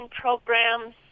programs